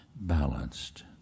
balanced